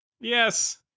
Yes